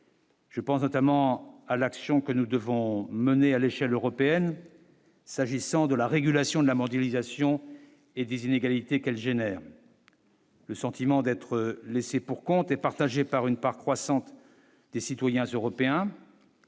Je pense notamment à l'action que nous devons mener à l'échelle européenne, s'agissant de la régulation de la mondialisation et des inégalités qu'elle génère. Le sentiment d'être laissés pour compte et partagée par une part croissante des citoyens européens,